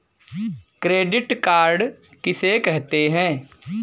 Credit card किसे कहते हैं?